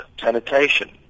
sanitation